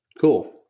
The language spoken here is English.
Cool